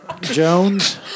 Jones